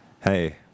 hey